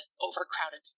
overcrowded